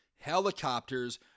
Helicopters